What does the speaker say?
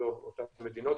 אותן מדינות,